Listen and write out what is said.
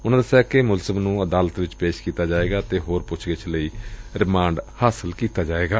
ਉਨੂਂ ਦਸਿਆ ਕਿ ਮੁਲਜ਼ਮ ਨੂੰ ਅਦਾਲਤ ਵਿਚ ਪੇਸ਼ ਕੀਤਾ ਜਾਏਗਾ ਅਤੇ ਹੋ ਪੁੱਛ ਗਿੱਛ ਲਈ ਰਿਮਾਂਡ ਹਾਸਲ ਕੀਤਾ ਜਾਏਗਾ